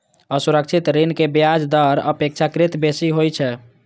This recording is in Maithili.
असुरक्षित ऋण के ब्याज दर अपेक्षाकृत बेसी होइ छै